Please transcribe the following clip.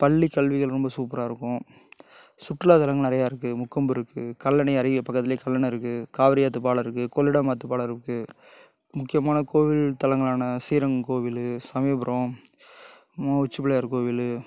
பள்ளிக்கல்விகள் ரொம்ப சூப்பராக இருக்கும் சுற்றுலாத்தலங்கள் நிறையா இருக்கு முக்கொம்பு இருக்கு கல்லணை அருகே பக்கத்துல கல்லணை இருக்கு காவிரி ஆற்றுப் பாலம் இருக்கு கொள்ளிடம் ஆற்றுப் பாலம் இருக்கு முக்கியமான கோவில் தலங்களான ஸ்ரீரங்கம் கோவில் சமயபுரம் உச்சிப்பிள்ளையார் கோவில்